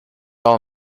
all